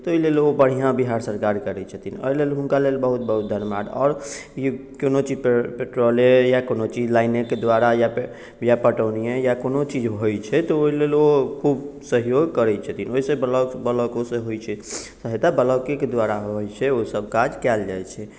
ताहिलेल ओ बढ़िआँ बिहार सरकार करैत छथिन एहिलेल हुनका लेल बहुत बहुत धन्यवाद आओर कोनो चीज पेट्रोले या कोनो चीज लाइनेके द्वारा या फेर या पटौनिए या कोनो चीज होइत छै तऽ ओहिलेल ओ खूब सहयोग करैत छथिन ओहिसँ ब्लॉक ब्लॉकोसँ होइत छै आ हेतै ब्लॉकेके द्वारा होइत छै ओसभ काज कएल जाइत छै